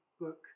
book